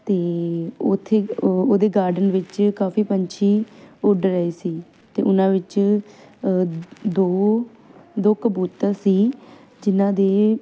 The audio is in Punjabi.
ਅਤੇ ਉੱਥੇ ਉਹਦੇ ਗਾਰਡਨ ਵਿੱਚ ਕਾਫੀ ਪੰਛੀ ਉੱਡ ਰਹੇ ਸੀ ਅਤੇ ਉਹਨਾਂ ਵਿੱਚ ਦੋ ਦੋ ਕਬੂਤਰ ਸੀ ਜਿਨ੍ਹਾਂ ਦੇ